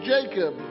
Jacob